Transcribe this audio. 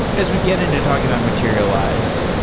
as we get into talking about materialize,